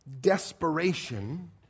desperation